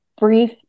brief